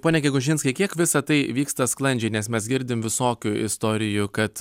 pone gegužinskai kiek visa tai vyksta sklandžiai nes mes girdim visokių istorijų kad